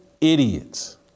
idiots